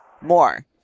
more